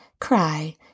cry